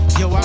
yo